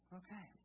okay